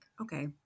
okay